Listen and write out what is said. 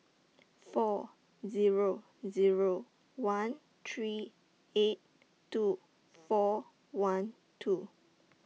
four Zero Zero one three eight two four one two